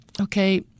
okay